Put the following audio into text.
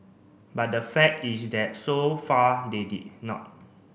but the fact is that so far they did not